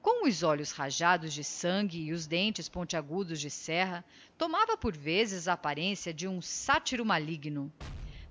com os olhos rajados de sangue e os dentes ponteagudos de serra tomava por vezes a apparencia de um satyro maligno